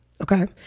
Okay